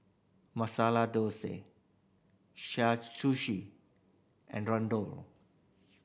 Masala Sushi and